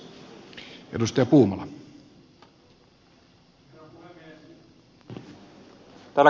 arvoisa puhemies